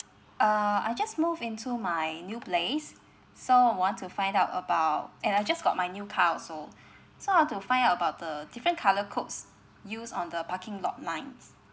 uh I just moved into my new place so want to find out about and I just got my new car also so I want to find out about the different colour codes used on the parking lot lines